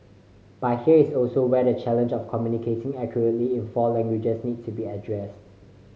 but here is also where the challenge of communicating accurately in four languages needs to be addressed